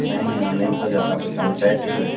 नहीं नहीं ऑनलाइन फस जाता है पैसा हमें कैस चाहिए